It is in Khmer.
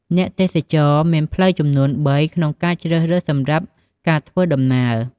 អ្នកទេសចរមានផ្លូវចំនួន៣ក្នុងការជ្រើសរើសសម្រាប់ការធ្វើដំណើរ។